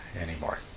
anymore